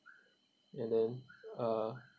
and then uh